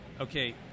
Okay